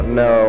no